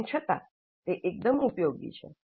તેમ છતાં તે એકદમ ઉપયોગી છે